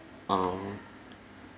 err